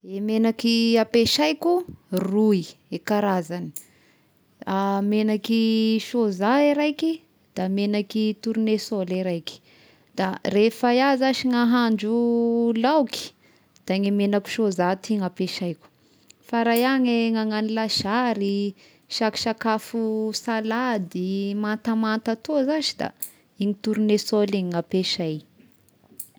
I megnaky ampiasaiko roy i karazagny megnaky sôza araiky da megnaky tornesôly raiky, da rehefa iaho zashy nahandro laoky da ny megnaky sôza ty no ampiasaiko, fa raha iaho ny agnano lasary sak- sakafo salady mantamanta atoa zashy da igny tornesôly igny no ampiasay.